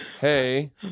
Hey